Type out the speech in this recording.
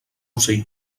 ocell